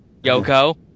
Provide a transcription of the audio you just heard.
Yoko